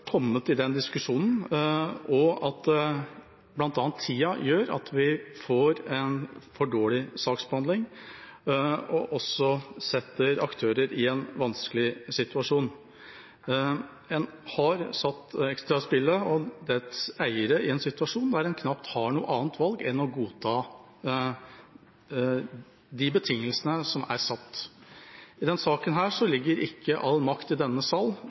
kommet i denne diskusjonen, og at bl.a. tida gjør at vi får en for dårlig saksbehandling og setter aktører i en vanskelig situasjon. En har satt Extra-spillet og dets eiere i en situasjon der en knapt har noe annet valg enn å godta betingelsene som er satt. I denne saken ligger ikke all makt i denne sal,